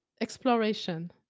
exploration